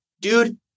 dude